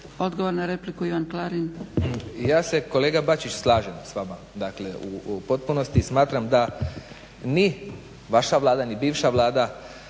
Klarin. **Klarin, Ivan (SDP)** Ja se kolega Bačić slažem s vama, dakle u potpunosti i smatram da ni vaša Vlada ni bivša Vlada